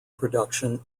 production